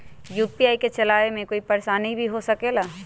UPI के चलावे मे कोई परेशानी भी हो सकेला?